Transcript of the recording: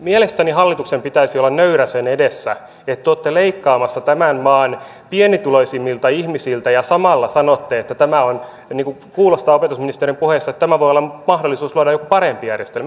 mielestäni hallituksen pitäisi olla nöyrä sen edessä että te olette leikkaamassa tämän maan pienituloisimmilta ihmisiltä ja samalla sanotte että tämä voi olla niin kuin kuulostaa opetusministerin puheessa mahdollisuus luoda jopa parempi järjestelmä